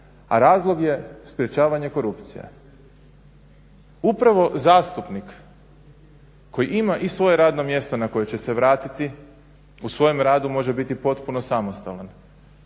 a razlog je sprječavanje korupcije. Upravo zastupnik koji ima i svoje radno mjesto na koje će se vratiti u svojem radu može biti potpuno samostalan,